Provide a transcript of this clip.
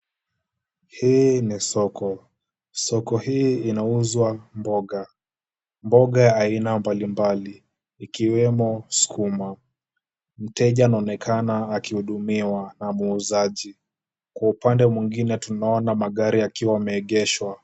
Hii ni soko, soko hii inauzwa mboga, mboga ya aina mbalimbali, ikiwemo sukuma, mteja anaonekana akihudumiwa na muuzaji, kwa upande mwingine tunaona magari yakiwa yameegeshwa.